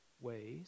ways